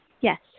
yes